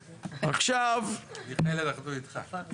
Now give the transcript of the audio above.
מיכאל, אנחנו איתך.